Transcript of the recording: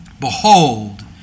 Behold